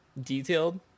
detailed